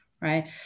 right